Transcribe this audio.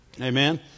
Amen